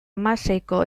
hamaseiko